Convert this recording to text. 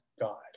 God